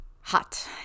hot